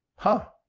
huh.